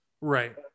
Right